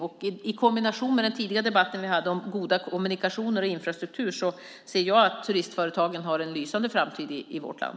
Med tanke på detta och det som sagts i den tidigare debatten om goda kommunikationer och infrastruktur anser jag att turistföretagen har en lysande framtid i vårt land.